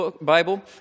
Bible